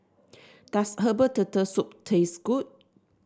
does Herbal Turtle Soup taste good